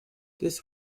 this